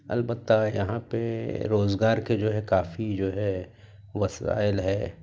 البتہ یہاں پہ روزگار کے جو ہے کافی جو ہے وسائل ہے